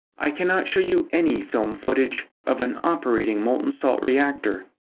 i can not show you any film footage of an operating molten salt reactor.